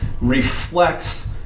reflects